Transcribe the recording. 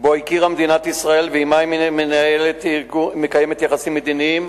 שמדינת ישראל הכירה בה ומקיימת עמה יחסים מדיניים,